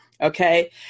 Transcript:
Okay